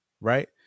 Right